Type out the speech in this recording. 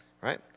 right